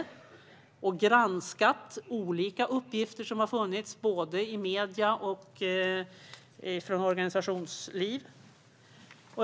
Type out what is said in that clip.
Vi har granskat olika uppgifter, både från medier och från organisationslivet.